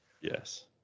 Yes